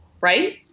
right